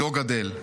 לא גדל.